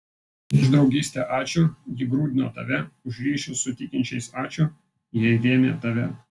už draugystę ačiū ji grūdino tave už ryšius su tikinčiais ačiū jie rėmė tave